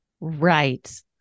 Right